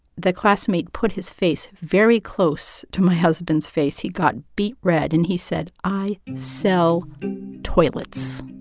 the classmate put his face very close to my husband's face. he got beet red, and he said, i sell toilets.